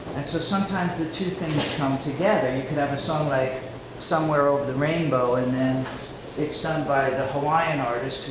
so sometimes the two things come together. you could have a song like somewhere over the rainbow, and then it's sung by the hawaiian artist